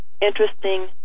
Interesting